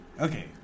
Okay